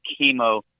chemo